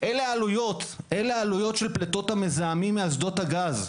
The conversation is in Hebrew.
אלה העלויות של פליטות המזהמים מאסדות הגז.